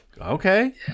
okay